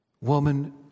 woman